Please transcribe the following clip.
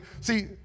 see